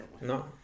no